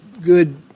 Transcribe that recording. good